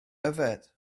yfed